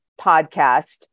podcast